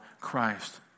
Christ